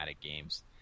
games